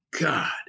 God